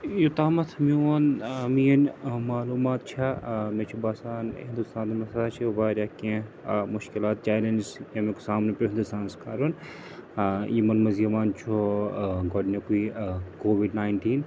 یوٚتام میٛون ٲں میٛٲنۍ ٲں معلوٗمات چھِ ٲں مےٚ چھُ باسان ہنٛدوستانَس منٛز ہَسا چھِ واریاہ کیٚنٛہہ ٲں مشکلات چَلینٛجِز ییٚمیٛک سامنہٕ پیٛو ہنٛدوستانَس کَرُن ٲں یِمَن منٛز یِوان چھُ ٲں گۄڈٕنیٛکُے ٲں کوٚوِڈ نایِنٹیٖن